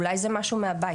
'אולי זה משהו מהבית,